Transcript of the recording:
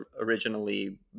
originally